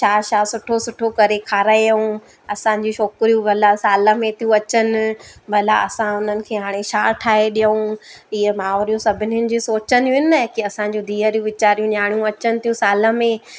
छा छा सुठो सुठो करे खारायऊं असांजी छोकिरियूं भला साल में थियूं अचनि भला असां उन्हनि खे हाणे छा ठाहे ॾियूं ईअं मावरियूं सभिनीनि जी सोचंदियूं आहिनि न कि असांजूं धीअर बि विचारियूं न्याणियूं अचनि थियूं साल में